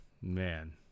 man